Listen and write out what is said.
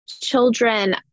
children